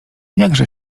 jakże